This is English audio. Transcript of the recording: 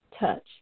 touch